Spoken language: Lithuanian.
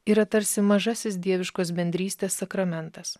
yra tarsi mažasis dieviškos bendrystės sakramentas